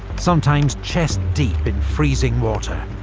sometimes chest-deep in freezing water,